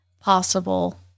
possible